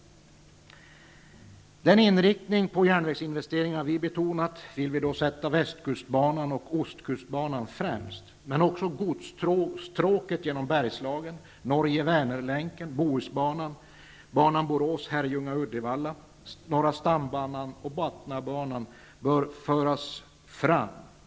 I den inriktning på järnvägsinvesteringar som vi har betonat, vill vi sätta västkustbanan och ostkustbanan främst, men också godsstråket genom Bergslagen, Norge--Väner-länken, Bohusbanan, banan Borås--Herrljunga--Uddevalla, Norra stambanan och Bothniabanan bör föras fram.